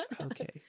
Okay